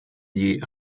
die